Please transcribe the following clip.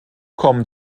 kommen